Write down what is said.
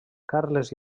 carles